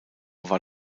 war